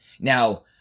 Now